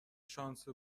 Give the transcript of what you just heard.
شانس